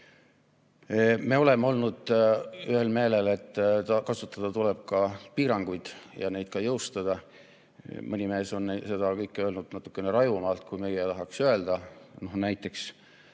Me oleme olnud ühel meelel, et kasutada tuleb ka piiranguid ja neid ka jõustada. Mõni mees on seda kõike öelnud natukene rajumalt, kui meie tahaks öelda. Näiteks